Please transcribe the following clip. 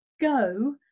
go